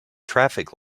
traffic